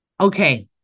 okay